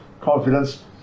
confidence